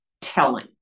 telling